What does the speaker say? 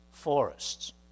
forests